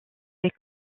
ses